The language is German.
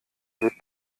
wird